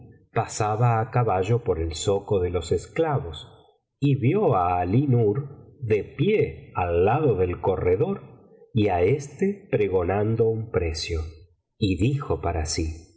pasaba á caballo por el zoco de los esclavos y vio á alí nur de pie al lado del corredor y á éste pregonando un precio y dijo para sí